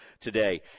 today